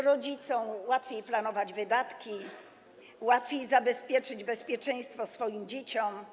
Rodzicom łatwiej planować wydatki, łatwiej zapewnić bezpieczeństwo swoim dzieciom.